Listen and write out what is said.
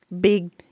big